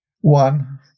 One